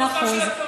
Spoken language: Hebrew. מאה אחוז,